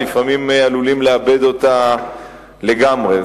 לפעמים עלולים לאבד אותה לגמרי.